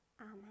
Amen